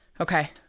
Okay